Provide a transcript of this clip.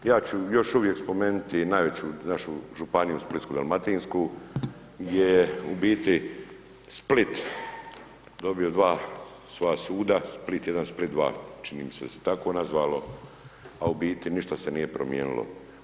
Ja ću još uvijek spomenuti najveću našu županiju Splitsko-dalmatinsku, gdje je u biti Split dobio dva svoja suda, Split 1 i Split 2, čini mi se da se tako nazvalo, a u biti se ništa se nije promijenilo.